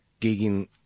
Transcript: gigging